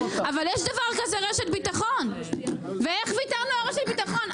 אבל יש דבר כזה רשת ביטחון ואיך ויתרנו על רשת ביטחון?